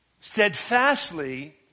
steadfastly